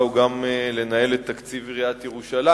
הוא גם לנהל את תקציב עיריית ירושלים.